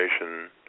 information